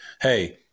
hey